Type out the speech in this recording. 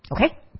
Okay